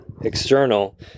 external